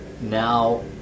now